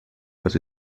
was